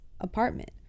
apartment